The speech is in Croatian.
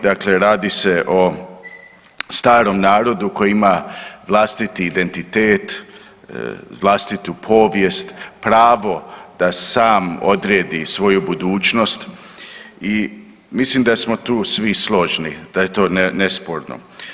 Dakle, radi se o starom narodu koji ima vlastiti identitet, vlastitu povijest, pravo da sam odredbi svoju budućnost i mislim da smo tu svi složni, da je to nesporno.